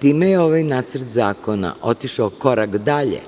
Time je ovaj nacrt zakona otišao korak dalje